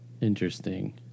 Interesting